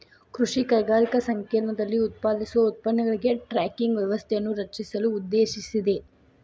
ಕೃಷಿ ಕೈಗಾರಿಕಾ ಸಂಕೇರ್ಣದಲ್ಲಿ ಉತ್ಪಾದಿಸುವ ಉತ್ಪನ್ನಗಳಿಗೆ ಟ್ರ್ಯಾಕಿಂಗ್ ವ್ಯವಸ್ಥೆಯನ್ನು ರಚಿಸಲು ಉದ್ದೇಶಿಸಿದೆ